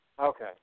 Okay